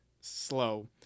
slow